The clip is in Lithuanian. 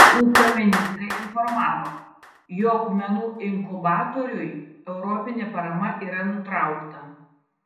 ūkio ministrė informavo jog menų inkubatoriui europinė parama yra nutraukta